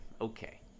Okay